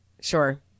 Sure